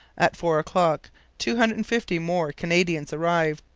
at four o'clock two hundred and fifty more canadians arrived.